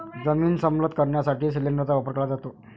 जमीन समतल करण्यासाठी सिलिंडरचा वापर केला जातो